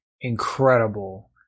incredible